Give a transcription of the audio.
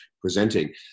presenting